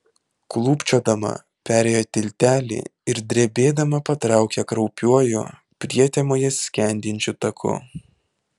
klūpčiodama perėjo tiltelį ir drebėdama patraukė kraupiuoju prietemoje skendinčiu taku